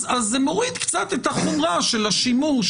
אז זה מוריד קצת את החומרה של השימוש